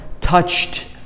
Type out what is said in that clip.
touched